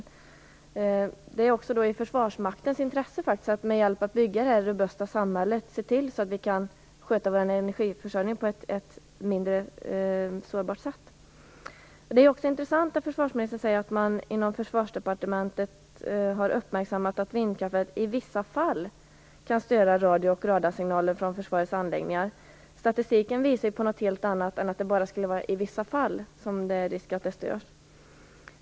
Det ligger också i Försvarsmaktens intresse att hjälpa till att bygga det robusta samhället och se till så att vi kan sköta vår energiförsörjning på ett mindre sårbart sätt. Det är också intressant att försvarsministern säger att man inom Försvarsdepartementet har uppmärksammat att vindkraftverk i vissa fall kan störa radiooch radarsignaler från försvarets anläggningar. Statistiken visar på något helt annat än att det bara skulle vara i vissa fall som det finns risk att det stör.